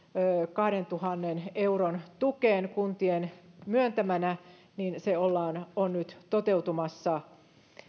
kahdentuhannen euron tukeen kuntien myöntämänä on nyt toteutumassa